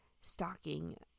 stalking